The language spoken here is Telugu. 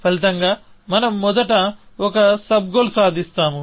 ఫలితంగా మనం మొదట ఒక సబ్ గోల్ సాధిస్తాము